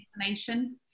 information